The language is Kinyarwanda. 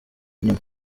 inyuma